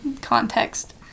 context